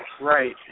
Right